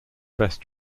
best